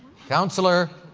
counselor?